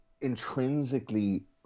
intrinsically